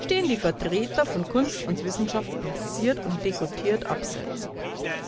stehen die vertreter von kunst und wissenschaft blasiert und degoutiert abseits